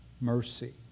mercy